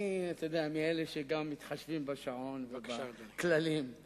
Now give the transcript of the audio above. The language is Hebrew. אני מאלה שגם מתחשבים בשעון ובכללים,